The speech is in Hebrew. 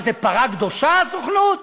מה, זה פרה קדושה, הסוכנות?